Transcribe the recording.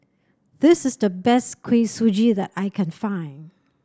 this is the best Kuih Suji that I can find